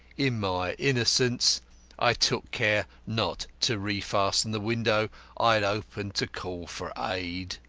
in my innocence i took care not to refasten the window i had opened to call for aid.